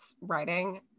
writing